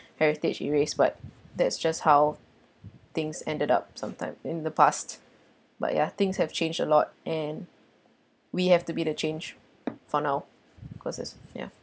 heritage erased but that's just how things ended up some time in the past but ya things have changed a lot and we have to be the changed for now causes ya